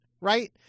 Right